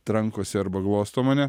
trankosi arba glosto mane